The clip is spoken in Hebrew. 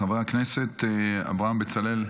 חבר הכנסת אברהם בצלאל,